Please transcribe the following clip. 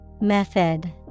Method